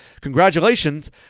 congratulations